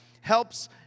helps